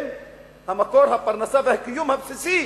מקור הפרנסה והקיום הבסיסי